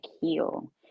heal